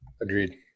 Agreed